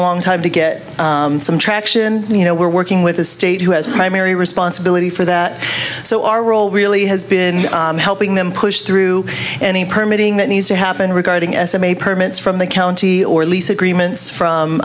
a long time to get some traction and you know we're working with the state who has my mary responsibility for that so our role really has been helping them push through any permitting that needs to happen regarding s m a permits from the county or lease agreements from